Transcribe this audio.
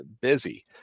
busy